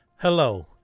Hello